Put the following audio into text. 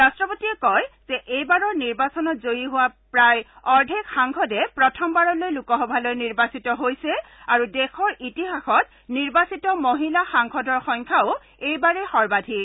ৰাষ্ট্ৰপতিয়ে কয় যে এইবাৰৰ নিৰ্বাচনত জয়ী হোৱা প্ৰায় অৰ্ধেক সাংসদে প্ৰথমবাৰলৈ লোকসভালৈ নিৰ্বাচিত হৈছে আৰু দেশৰ ইতিহাসত নিৰ্বাচিত মহিলা সাংসদৰ সংখ্যাও এইবাৰেই সৰ্বাধিক